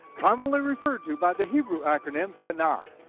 commonly referred to by the hebrew acronym tanakh.